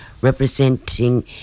representing